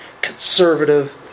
conservative